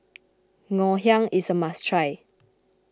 Ngoh Hiang is a must try